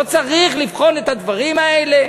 לא צריך לבחון את הדברים האלה?